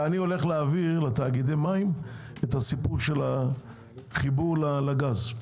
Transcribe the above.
אני הולך להעביר לתאגידי מים את הסיפור של החיבור לגז,